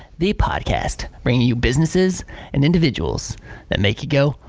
the podcast bringing you businesses and individuals that make you go,